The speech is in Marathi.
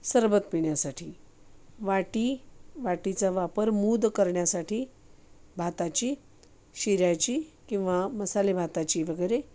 सरबत पिण्यासाठी वाटी वाटीचा वापर मूद करण्यासाठी भाताची शिऱ्याची किंवा मसाले भाताची वगैरे